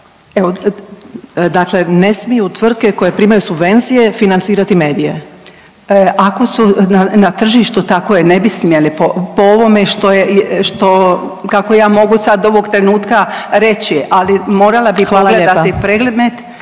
Evo dakle ne smiju tvrtke koje primaju subvencije financirati medije/…. **Rogošić, Nediljka** Ako su na tržištu tako je, ne bi smjele po, po ovome što je, što, kako ja mogu sad ovog trenutka reći, ali morala bih… **Vidović Krišto,